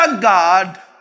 God